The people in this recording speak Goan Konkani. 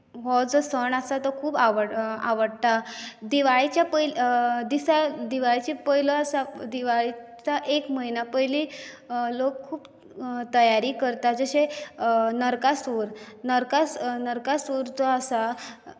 हो जो सण आसा तो खूब आवड आवडटा दिवाळीच्या दिसा दिवाळीच्या पयलो आसा तो दिवाळीच्या एक म्हयन्यां पयलीं लोक खूब करता जशें नरकासूर नरकासूर जो आसा